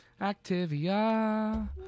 Activia